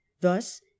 Thus